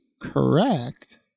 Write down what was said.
correct